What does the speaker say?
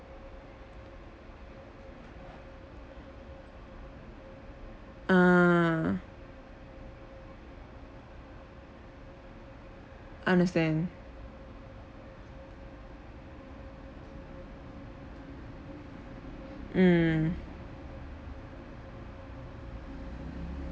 ah understand mm